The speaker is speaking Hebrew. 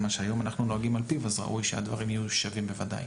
שהיום אנחנו נוהגים על פיו אז ראוי שהדברים יהיו שווים בוודאי.